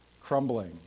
crumbling